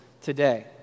today